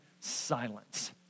silence